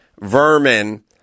vermin